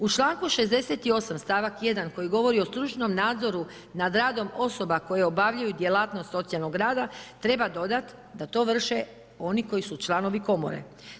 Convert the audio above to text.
U članku 68. stavak 1. koji govori o stručnom nadzoru nad radom osoba koje obavljaju djelatnost socijalnog rada, treba dodati da to vrše oni koji su članovi komore.